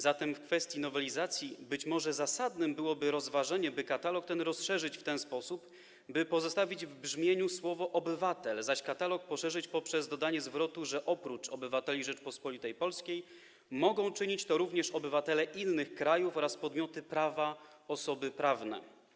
Zatem w kwestii nowelizacji być może zasadnym byłoby rozważenie, by katalog ten rozszerzyć w ten sposób, by pozostawić w brzmieniu słowo „obywatel”, zaś katalog poszerzyć poprzez dodanie zwrotu, że oprócz obywateli Rzeczypospolitej Polskiej mogą czynić to również obywatele innych krajów oraz podmioty prawa - osoby prawne.